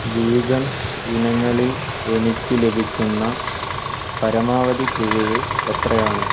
vegan ഇനങ്ങളിൽ എനിക്ക് ലഭിക്കുന്ന പരമാവധി കിഴിവ് എത്രയാണ്